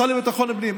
השר לביטחון הפנים,